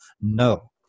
No